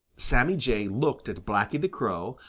sammy jay looked at blacky the crow,